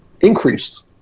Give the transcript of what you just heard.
increased